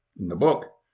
in the book,